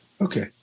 Okay